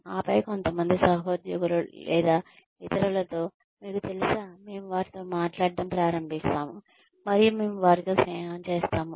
ఆపై కొంతమంది సహోద్యోగులు లేదా ఇతరులతో మీకు తెలుసా మేము వారితో మాట్లాడటం ప్రారంభిస్తాము మరియు మేము వారితో స్నేహం చేస్తాము